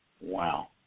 Wow